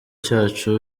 cyacu